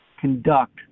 conduct